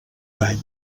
call